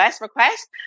request